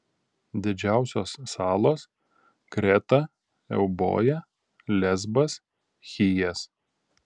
didžiausios salos kreta euboja lesbas chijas